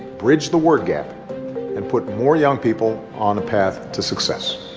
bridge the word gap and put more young people on a path to success